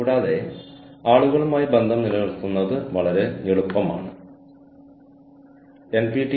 കൂടാതെ ഇവിടെയുള്ള ഈ പ്രത്യേക അവസരത്തിന്റെ ഉദാഹരണം ഞാൻ എടുക്കുന്നു